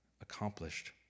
accomplished